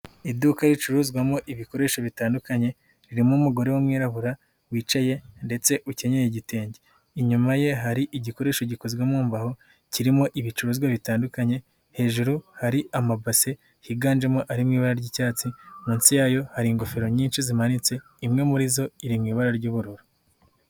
Iduka ricuruzwamo ibikoresho bitandukanye, ririmo umugore w'umwirabura wicaye ndetse ukenyeye igitenge. Inyuma ye hari igikoresho gikozwe mu mbaho kirimo ibicuruzwa bitandukanye hejuru hari amabase higanjemo arimo ibara ry'icyatsi, munsi yayo hari ingofero nyinshi zimanitse, imwe muri zo iri mu ibara ry'ubururu.